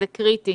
זה קריטי